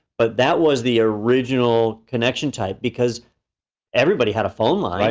but that was the original connection type, because everybody had a phone line,